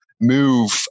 move